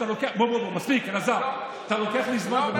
בוא, בוא, מספיק, אלעזר, אתה לוקח לי זמן.